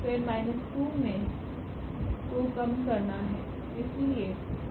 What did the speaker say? तोn 2 मेको कम करना है इत्यादि